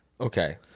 Okay